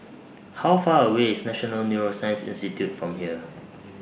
How Far away IS National Neuroscience Institute from here